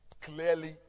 Clearly